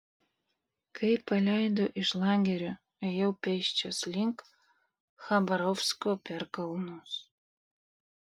kai paleido iš lagerio ėjau pėsčias link chabarovsko per kalnus